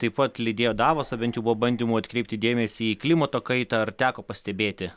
taip pat lydėjo davosą bent jau buvo bandymų atkreipti dėmesį į klimato kaitą ar teko pastebėti